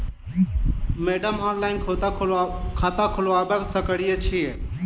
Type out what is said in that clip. Madam online खाता खोलबा सकलिये छीयै?